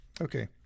Okay